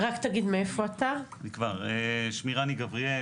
מירב בן ארי,